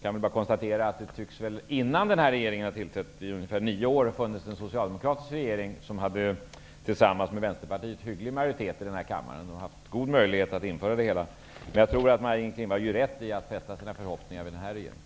Jag kan bara konstatera att innan denna regering tillträdde fanns det i nio år en socialdemokratisk regering som tillsammans med Vänsterpartiet hade en hyfsad majoritet här i kammaren. Man hade då goda möjligheter att införa det hela. Jag tror att Maj-Inger Klingvall gör rätt i att sätta sina förhoppningar till den här regeringen.